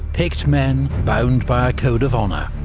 picked men, bound by a code of honour.